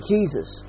Jesus